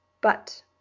But